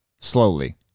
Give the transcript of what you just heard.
slowly